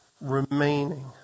remaining